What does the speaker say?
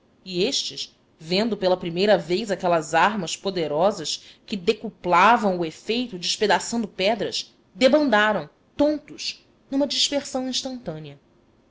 e estes vendo pela primeira vez aquelas armas poderosas que decuplavam o efeito despedaçando pedras debandaram tontos numa dispersão instantânea